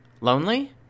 Lonely